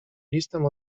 listem